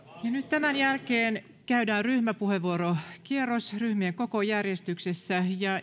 tämän jälkeen käydään ryhmäpuheenvuorokierros ryhmien kokojärjestyksessä ja